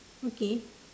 okay